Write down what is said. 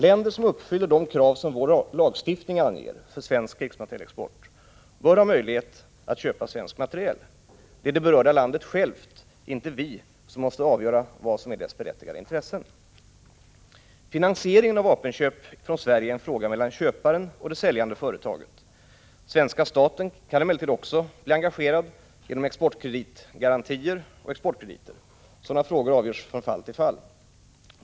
Länder som uppfyller de krav som vår lagstiftning anger för svensk krigsmaterielexport bör ha möjlighet att köpa svensk materiel. Det är det berörda landet självt, inte vi, som måste avgöra vad som är dess berättigade intressen. Finansieringen av vapenköp från Sverige är en fråga mellan köparen och det säljande företaget. Svenska staten kan emellertid också bli engagerad genom exportkreditgarantier och exportkrediter. Sådana frågor avgörs från fall till fall.